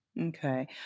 Okay